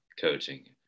coaching